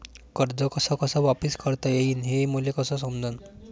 कर्ज कस कस वापिस करता येईन, हे मले कस समजनं?